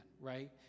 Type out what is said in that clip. right